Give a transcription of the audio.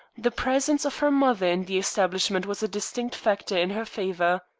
the presence of her mother in the establishment was a distinct factor in her favor.